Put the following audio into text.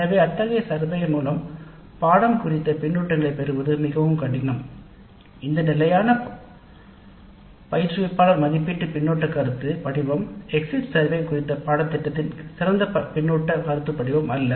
எனவே அத்தகைய கணக்கெடுப்பிலிருந்து நிச்சயமாக குறிப்பிட்ட கருத்துக்களைப் பெறுவது மிகவும் கடினம் இந்த நிலையான பயிற்றுவிப்பாளர் மதிப்பீட்டு பின்னூட்ட கருத்து படிவம் எக்ஸிட் சர்வே குறித்த பாடத்திட்டத்தின் சிறந்த பின்னூட்ட கருத்துப்படிவம் அல்ல